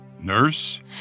Nurse